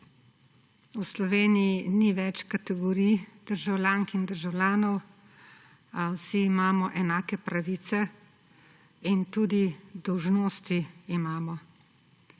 V Sloveniji ni več kategorij državljank in državljanov. Vsi imamo enake pravice in tudi dolžnosti imamo.